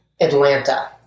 Atlanta